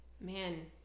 man